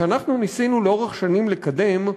שאנחנו ניסינו לאורך שנים לקדם,